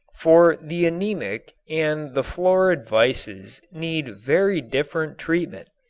for the anemic and the florid vices need very different treatment.